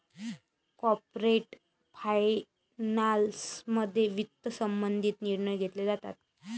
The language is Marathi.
कॉर्पोरेट फायनान्समध्ये वित्त संबंधित निर्णय घेतले जातात